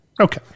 Okay